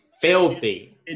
filthy